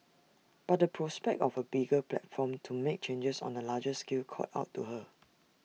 but the prospect of A bigger platform to make changes on A larger scale called out to her